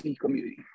community